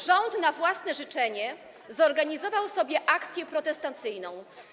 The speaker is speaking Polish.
Rząd na własne życzenie zorganizował sobie akcję protestacyjną.